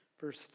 Verse